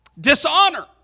Dishonor